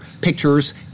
pictures